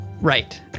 Right